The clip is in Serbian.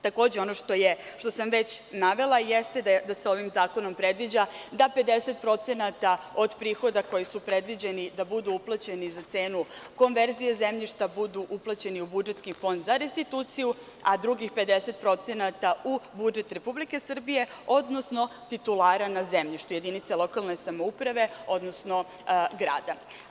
Takođe, ono što sam već navela jeste da se ovim zakonom predviđa da 50% od prihoda, koji su predviđeni da budu uplaćeni za cenu konverzije zemljišta, bude uplaćeno u budžetski Fond za restitutciju, a drugih 50% u budžet Republike Srbije, odnosno titulara na zemljištu, jedinice lokalne samouprave, odnosno grada.